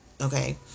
okay